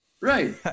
Right